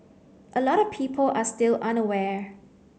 a lot of people are still unaware